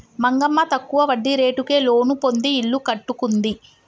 మంగమ్మ తక్కువ వడ్డీ రేటుకే లోను పొంది ఇల్లు కట్టుకుంది